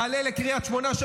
תעלה לקריית שמונה,